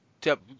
tip